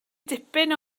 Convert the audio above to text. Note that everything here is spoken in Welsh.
dipyn